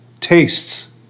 tastes